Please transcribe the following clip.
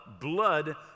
blood